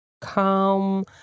calm